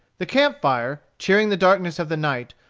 the camp-fire, cheering the darkness of the night,